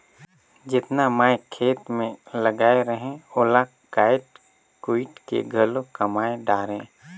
जेतना मैं खेत मे लगाए रहें ओला कायट कुइट के घलो कमाय डारें